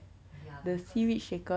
ya because